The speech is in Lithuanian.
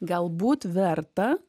galbūt verta